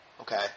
Okay